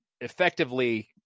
effectively